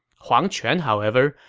huang quan, however,